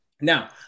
now